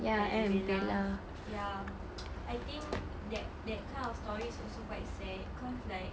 and Bella ya I think that that kind of stories also quite sad cause like